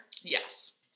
Yes